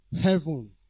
Heaven